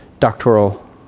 Doctoral